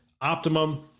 Optimum